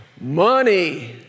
Money